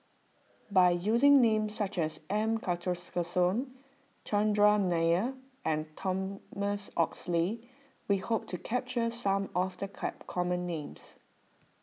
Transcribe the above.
by using names such as M Karthigesu Chandran Nair and Thomas Oxley we hope to capture some of the cat common names